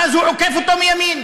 ואז הוא עוקף אותו מימין,